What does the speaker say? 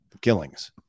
killings